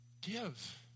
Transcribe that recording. Give